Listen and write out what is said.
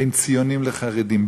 בין ציונים לחרדים,